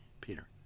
Peter